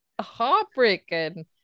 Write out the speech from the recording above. heartbreaking